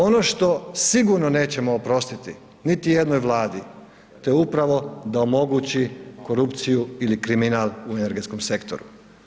Ono što sigurno nećemo oprostiti niti jednoj Vladi, to je upravo da omogući korupciju ili kriminal u energetskom sektoru.